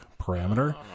parameter